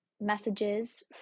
messages